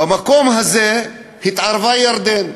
ובמקום הזה התערבה ירדן.